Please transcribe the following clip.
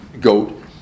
goat